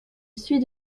suis